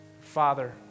Father